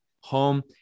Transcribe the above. home